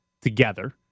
together